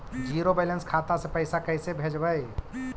Zero balance खाता से पैसा कैसे भेजबइ?